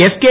SK